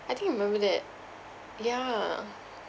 I think I remember that yeah